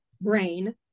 brain